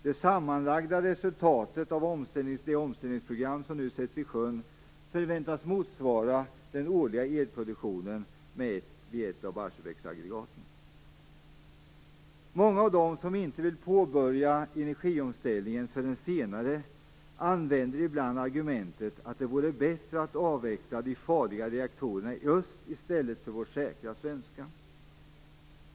Det sammanlagda resultatet av det omställningsprogram som nu sätts i sjön förväntas motsvara den årliga elproduktionen från ett av Barsebäcksaggregaten .Många av dem som inte vill påbörja energiomställningen förrän senare använder ibland argumentet att det vore bättre att avveckla de farliga reaktorerna i öst i stället för våra säkra svenska.